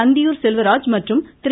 அந்தியூர் செல்வராஜ் மற்றும் திரு